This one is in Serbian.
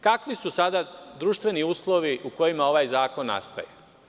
Kakvi su sada društveni uslovi u kojima ovaj zakon nastaje?